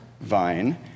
vine